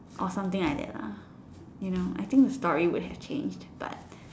or something like that lah you know I think the story would have changed but